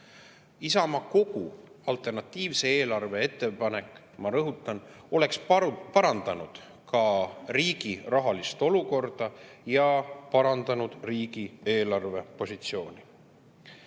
Isamaa kogu alternatiivse eelarve ettepanek, ma rõhutan, oleks parandanud ka riigi rahalist olukorda ja riigieelarve positsiooni.